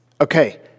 Okay